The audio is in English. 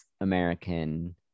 American